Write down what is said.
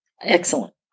Excellent